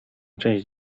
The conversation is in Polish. część